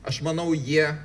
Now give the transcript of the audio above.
aš manau jie